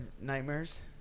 nightmares